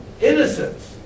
innocence